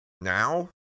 Now